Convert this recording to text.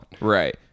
Right